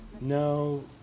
No